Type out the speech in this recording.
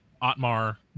otmar